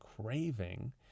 craving